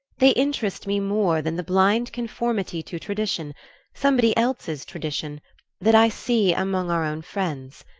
they interest me more than the blind conformity to tradition somebody else's tradition that i see among our own friends.